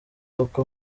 uko